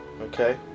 Okay